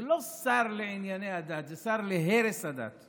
זה לא שר לענייני הדת, זה שר להרס הדת.